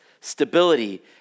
stability